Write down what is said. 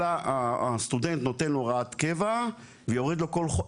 אלא הסטודנט נותן הוראת קבע ויורד לו כל חודש,